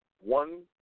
one